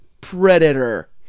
Predator